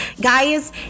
Guys